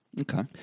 Okay